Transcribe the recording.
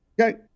Okay